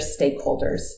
stakeholders